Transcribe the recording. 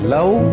Love